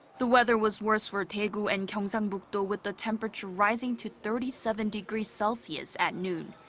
the weather was worst for daegu and gyeongsangbuk-do with the temperature rising to thirty seven degrees celsius at noon.